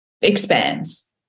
expands